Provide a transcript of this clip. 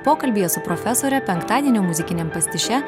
pokalbyje su profesore penktadienio muzikiniam pastiše